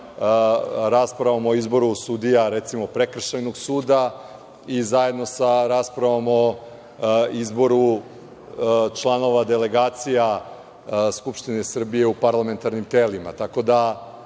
raspravom o izboru sudija recimo prekršajnog suda i zajedno sa raspravom o izboru članova delegacija Skupštine Srbije u parlamentarnim telima. Mislim da